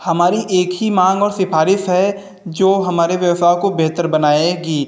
हमारी एक ही मांग और सिफारिश है जो हमारे व्यवसाय को बेहतर बनाएगी